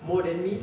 more than me